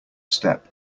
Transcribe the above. step